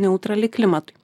neutrali klimatui